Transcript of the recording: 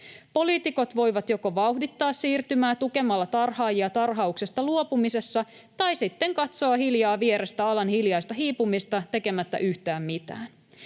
Poliitikot voivat joko vauhdittaa siirtymää tukemalla tarhaajia tarhauksesta luopumisessa tai sitten katsoa hiljaa vierestä alan hiljaista hiipumista tekemättä yhtään mitään.